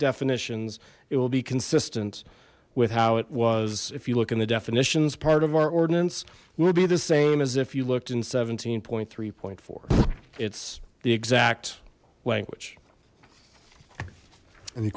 definitions it will be consistent with how it was if you look in the definitions part of our ordinance will be the same as if you looked in seventeen point three point four it's the exact language any